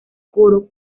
coro